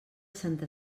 santa